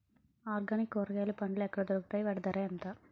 Organic కూరగాయలు పండ్లు ఎక్కడ దొరుకుతాయి? వాటి ధర ఎంత?